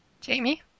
Jamie